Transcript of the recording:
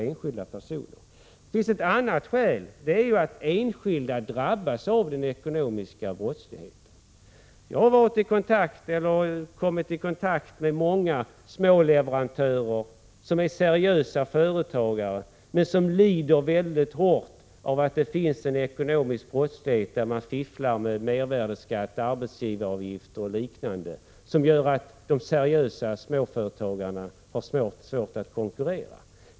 Ett annat skäl är att enskilda drabbas av den ekonomiska brottsligheten. Jag har kommit i kontakt med många små leverantörer, som är seriösa företagare och som lider väldigt hårt av att det finns en ekonomisk brottslighet där man fifflar med mervärdeskatt, arbetsgivaravgifter och liknande, vilket gör att de seriösa småföretagarna har svårt att konkurrera.